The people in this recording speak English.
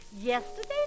Yesterday